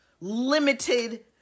limited